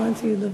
בזמן שהיא מדברת.